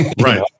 Right